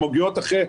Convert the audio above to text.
הן מגיעות אחרי,